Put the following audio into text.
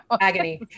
agony